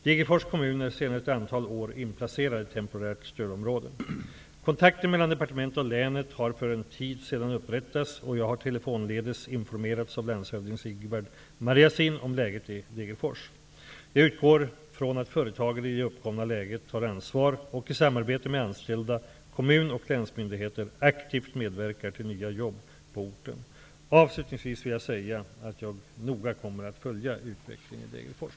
Degerfors kommun är sedan ett antal år inplacerad i temporärt stödområde. Kontakt mellan departementet och länet har för en tid sedan upprättats, och jag har telefonledes informerats av landshövding Sigvard Marjasin om läget i Degerfors. Jag utgår från att företaget i det uppkomna läget tar ansvar och i samarbete med anställda, kommun och länsmyndigheter, aktivt medverkar till nya jobb på orten. Avslutningsvis vill jag säga att jag noga kommer att följa utvecklingen i Degerfors.